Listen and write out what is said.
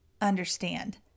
understand